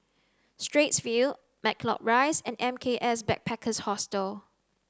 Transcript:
Straits View Matlock Rise and M K S Backpackers Hostel